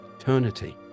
eternity